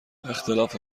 اختلاف